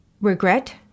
regret